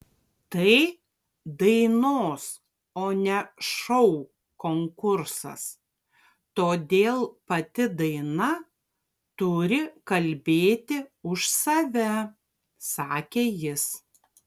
tai dainos o ne šou konkursas todėl pati daina turi kalbėti už save sakė jis